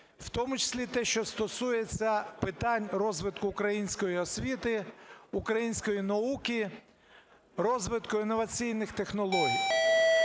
в тому числі те, що стосується питань розвитку української освіти, української науки, розвитку інноваційних технологій.